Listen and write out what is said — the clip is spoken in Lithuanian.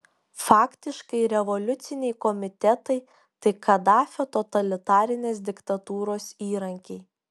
faktiškai revoliuciniai komitetai tai kadafio totalitarinės diktatūros įrankiai